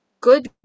Good